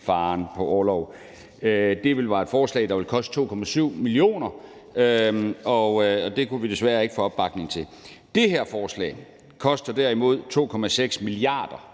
faren på orlov. Det var et forslag, som ville koste 2,7 mio. kr., og det kunne vi desværre ikke få opbakning til. Det her forslag koster derimod 2,6 mia. kr.